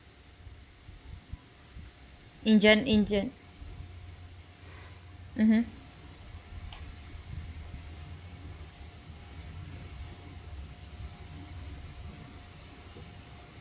in gen~ in gen~ mmhmm